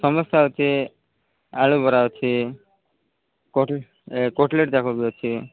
ସମୋସା ଅଛି ଆଳୁବରା ଅଛି କଟ୍ କଟଲେଟ୍ ଯାକ ବି ଅଛି